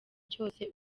cyose